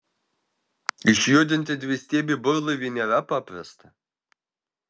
išjudinti dvistiebį burlaivį nėra paprasta